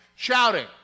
Shouting